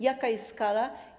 Jaka jest skala?